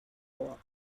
all